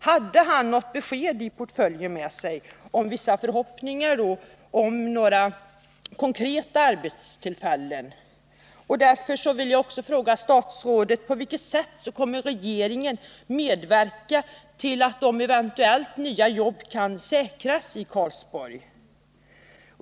Hade han något besked med sig i portföljen rörande vissa förhoppningar om några konkreta arbetstillfällen? Jag vill också fråga statsrådet: På vilket sätt kommer regeringen att medverka till att de eventuella nya jobben kan säkras i Karlsborg?